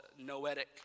noetic